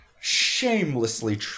shamelessly